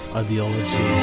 ideology